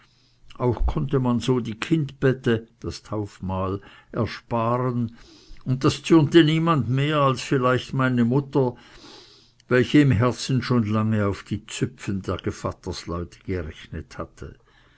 auch konnte man so die kindbette ersparen und das zürnte niemand als vielleicht meine mutter welche im herzen schon lange auf die züpfen der gevattersleute gerechnet hatte